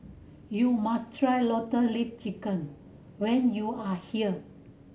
you must try Lotus Leaf Chicken when you are here